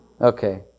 Okay